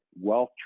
wealth